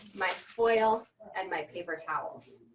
my foil and my paper towels.